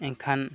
ᱮᱱᱠᱷᱟᱱ